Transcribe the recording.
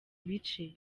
bice